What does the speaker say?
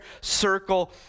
circle